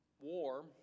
war